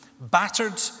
battered